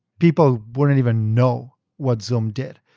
people wouldnaeurt even know what zoom did.